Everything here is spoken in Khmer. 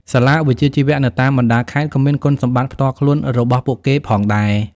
សាលាវិជ្ជាជីវៈនៅតាមបណ្ដាខេត្តក៏មានគុណសម្បត្តិផ្ទាល់ខ្លួនរបស់ពួកគេផងដែរ។